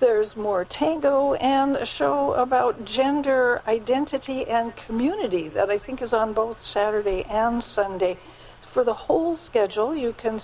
there's more tango and a show about gender identity and community that i think is on both saturday and sunday for the whole schedule you can